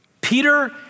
Peter